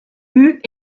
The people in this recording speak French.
eut